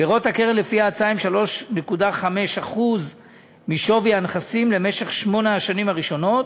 פירות הקרן לפי ההצעה הם 3.5% משווי הנכסים למשך שמונה השנים הראשונות,